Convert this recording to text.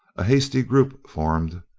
a hasty group formed.